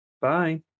bye